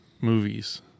movies